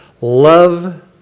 love